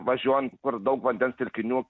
važiuojant kur daug vandens telkinių